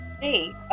Hey